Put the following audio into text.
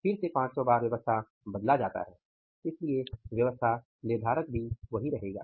फिर से 500 बार व्यवस्था बदला जाता है इसलिए व्यवस्था निर्धारक भी वही रहेगा